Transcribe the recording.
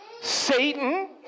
Satan